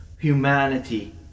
humanity